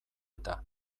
eta